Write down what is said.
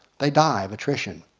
they die of attrition.